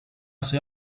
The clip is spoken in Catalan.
ser